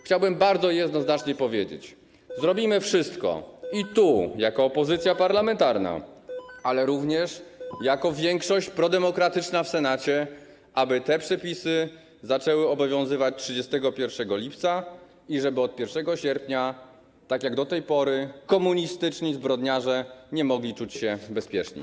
Chciałbym bardzo jednoznacznie powiedzieć: zrobimy wszystko - i tu, jako opozycja parlamentarna, ale również jako większość prodemokratyczna w Senacie - aby te przepisy zaczęły obowiązywać 31 lipca i żeby od 1 sierpnia, tak jak do tej pory, komunistyczni zbrodniarze nie mogli czuć się bezpieczni.